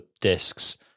discs